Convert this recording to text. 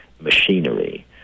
machinery